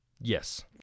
yes